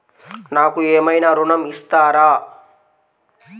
నాకు ఏమైనా ఋణం ఇస్తారా?